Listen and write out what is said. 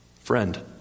Friend